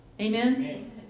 Amen